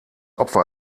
opfer